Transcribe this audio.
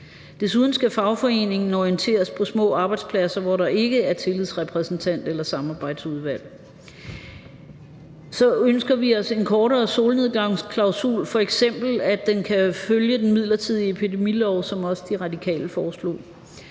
Desuden skal fagforeningen orienteres på små arbejdspladser, hvor der ikke er tillidsrepræsentant eller samarbejdsudvalg. 8) Vi ønsker os en kortere solnedgangsklausul, f.eks. at den kan følge den midlertidige epidemilov, som også De Radikale foreslog.